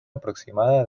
aproximada